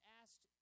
asked